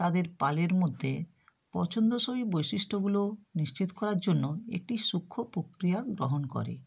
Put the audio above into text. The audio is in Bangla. তাদের পালের মধ্যে পছন্দসই বৈশিষ্ট্যগুলো নিশ্চিত করার জন্য একটি সূক্ষ্ণ প্রক্রিয়া গ্রহণ করে